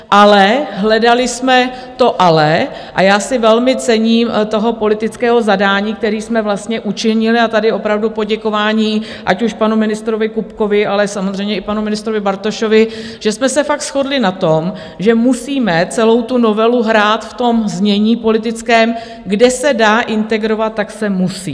Ale hledali jsme to ale, a já si velmi cením toho politického zadání, které jsme učinili, a tady opravdu poděkování, ať už panu ministrovi Kupkovi, ale samozřejmě i panu ministrovi Bartošovi, že jsme se fakt shodli na tom, že musíme celou tu novelu hrát v znění politickém: kde se dá integrovat, tak se musí.